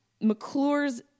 McClure's